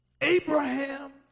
Abraham